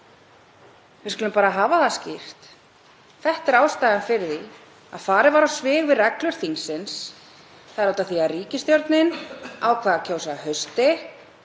Við skulum bara hafa það skýrt: Þetta er ástæðan fyrir því að farið var á svig við reglur þingsins. Það er út af því að ríkisstjórnin ákvað að kjósa að hausti